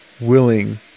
willing